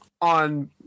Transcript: on